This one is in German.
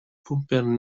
pumpern